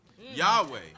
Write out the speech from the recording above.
Yahweh